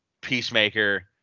Peacemaker